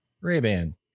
Ray-Ban